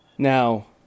Now